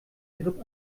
grip